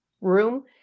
room